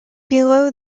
below